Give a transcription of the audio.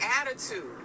attitude